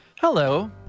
Hello